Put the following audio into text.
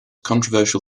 controversial